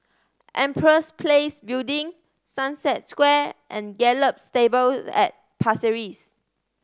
Empress Place Building Sunset Square and Gallop Stables at Pasir Ris